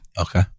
Okay